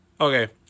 Okay